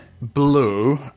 Blue